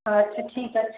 আচ্ছা ঠিক আছে